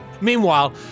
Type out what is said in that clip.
Meanwhile